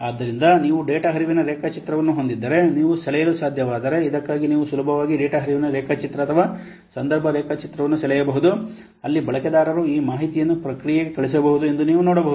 ಆದ್ದರಿಂದ ನೀವು ಡೇಟಾ ಹರಿವಿನ ರೇಖಾಚಿತ್ರವನ್ನು ಹೊಂದಿದ್ದರೆ ನೀವು ಸೆಳೆಯಲು ಸಾಧ್ಯವಾದರೆ ಇದಕ್ಕಾಗಿ ನೀವು ಸುಲಭವಾಗಿ ಡೇಟಾ ಹರಿವಿನ ರೇಖಾಚಿತ್ರ ಅಥವಾ ಸಂದರ್ಭ ರೇಖಾಚಿತ್ರವನ್ನು ಸೆಳೆಯಬಹುದು ಅಲ್ಲಿ ಬಳಕೆದಾರರು ಈ ಮಾಹಿತಿಯನ್ನು ಪ್ರಕ್ರಿಯೆಗೆ ಕಳುಹಿಸಬಹುದು ಎಂದು ನೀವು ನೋಡಬಹುದು